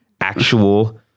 actual